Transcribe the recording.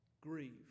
Grieve